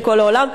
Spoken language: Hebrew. העולם.